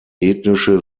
ethnische